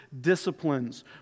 disciplines